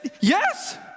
yes